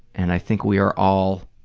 and i think we are all